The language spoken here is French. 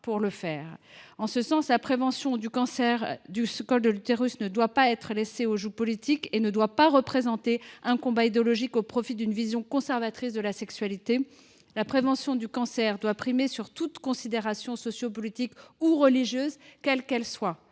pour le permettre. En ce sens, la prévention du cancer du col de l’utérus ne doit pas être laissée aux joutes politiques et ne doit pas représenter un combat idéologique, au profit d’une vision conservatrice de la sexualité. La prévention du cancer doit primer sur toute considération sociopolitique ou religieuse, quelle qu’elle soit.